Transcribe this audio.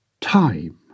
time